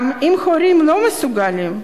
גם אם הורים לא מסוגלים,